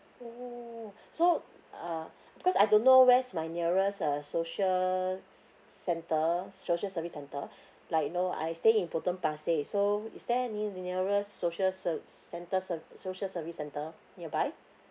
oh so uh because I don't know where's my nearest uh social ce~ centre social service centre like you know I stay in potong pasir so is there any nearer social ser~ centre ser~ social service centre nearby